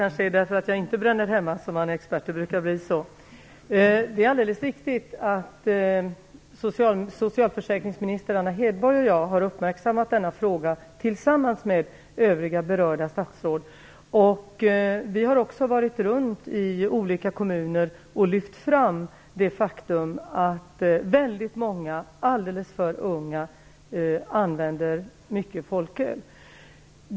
Herr talman! Det är alldeles riktigt att socialförsäkringsminister Anna Hedborg och jag har uppmärksammat denna fråga tillsammans med övriga berörda statsråd. Vi har också varit runt i olika kommuner och lyft fram det faktum att väldigt många alldeles för unga använder mycket folköl.